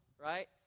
right